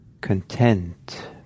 content